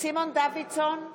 סימון דוידסון,